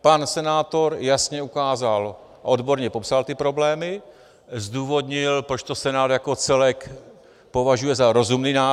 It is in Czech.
Pan senátor jasně ukázal a odborně popsal ty problémy, zdůvodnil, proč to Senát jako celek považuje za rozumný návrh.